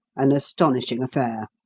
an astonishing affair.